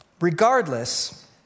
Regardless